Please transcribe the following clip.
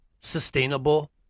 sustainable